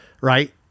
Right